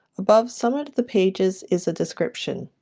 above some of the pages is a description.